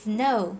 Snow